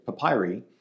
papyri